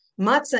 Matzah